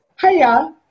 Hiya